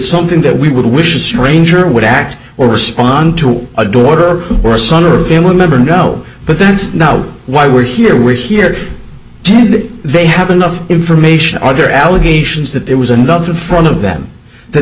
something that we would wish a stranger would act or respond to a daughter or son or a family member no but that's not why we're here we're here to they have enough information other allegations that there was another front of them that